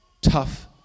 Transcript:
tough